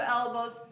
elbows